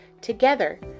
Together